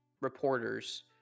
reporters